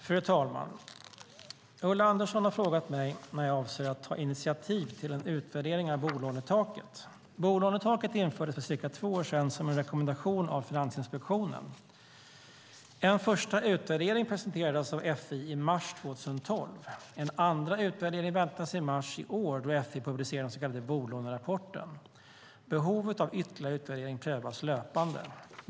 Fru talman! Ulla Andersson har frågat mig när jag avser att ta initiativ till en utvärdering av bolånetaket. Bolånetaket infördes för cirka två år sedan som en rekommendation av Finansinspektionen. En första utvärdering presenterades av FI i mars 2012. En andra utvärdering väntas i mars i år då FI publicerar den så kallade Bolånerapporten. Behovet av ytterligare utvärdering prövas löpande.